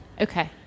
Okay